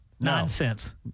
Nonsense